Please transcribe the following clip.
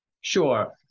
Sure